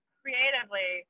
creatively